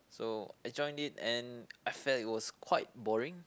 so I joined it and I felt it was quite boring